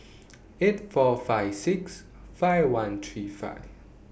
eight four five six five one three five